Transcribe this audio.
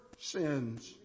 sins